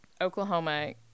Oklahoma